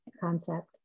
concept